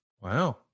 wow